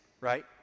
right